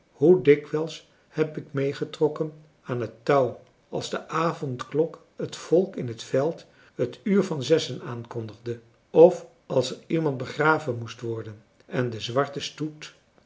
hoe dikwijls heb ik meegetrokken aan het touw als de avondklok het volk in het veld het uur van zessen aankondigde of als er iemand begraven moest worden en de zwarte stoet